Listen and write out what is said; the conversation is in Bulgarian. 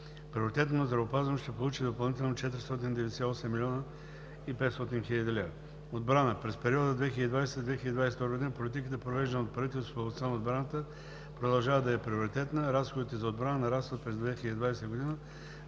Приоритетно здравеопазването ще получи допълнително 498,5 млн. лв. - Отбрана. През периода 2020 – 2022 г. политиката, провеждана от правителството в областта на отбраната, продължава да е приоритетна. Разходите за отбрана нарастват през 2020 г.